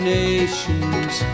nations